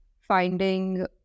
finding